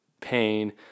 pain